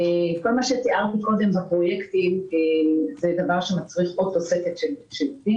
כל מה שתיארתי קודם בפרויקטים מצריך עוד תוספת של שירותים,